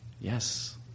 Yes